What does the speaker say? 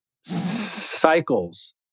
cycles